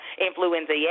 influenza